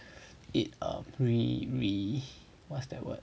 it err re~ re~ what's that word